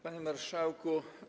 Panie Marszałku!